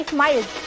miles